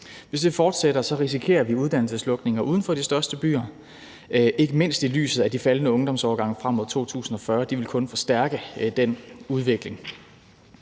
byer, fortsætter, risikerer vi uddannelseslukninger uden for de største byer, ikke mindst i lyset af de faldende ungdomsårgange frem mod 2040. Det vil kun forstærke den udvikling.